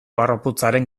harroputzaren